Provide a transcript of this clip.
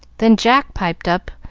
then jack piped up,